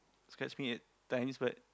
scratch me at times but